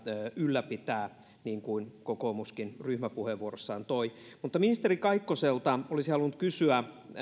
ylläpitää niin kuin kokoomuskin ryhmäpuheenvuorossaan toi esiin mutta ministeri kaikkoselta olisin halunnut kysyä